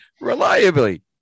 reliably